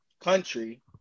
country